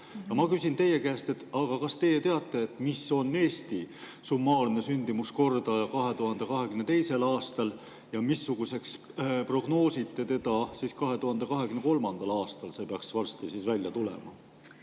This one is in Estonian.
Ma küsin teie käest: kas te teate, mis oli Eesti summaarne sündimuskordaja 2022. aastal ja missuguseks te prognoosite seda 2023. aastal? See peaks varsti välja tulema.